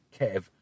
Kev